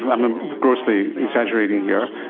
and i'm grossly exaggerating here,